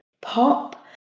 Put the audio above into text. pop